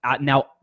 now